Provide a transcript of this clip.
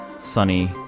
sunny